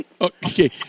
Okay